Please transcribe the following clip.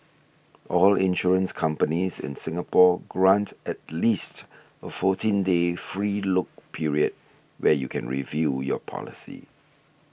all insurance companies in Singapore grant at least a fourteen day free look period where you can review your policy